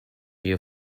your